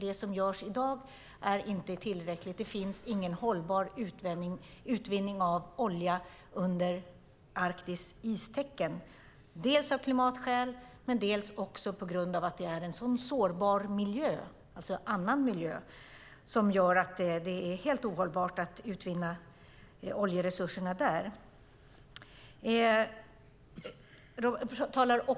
Det som görs i dag är inte tillräckligt. Det finns ingen hållbar utvinning av olja under Arktis istäcke dels av klimatskäl, dels på grund av att det är en sådan sårbar miljö. Det gör att det är helt ohållbart att utvinna oljeresurserna där.